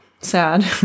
sad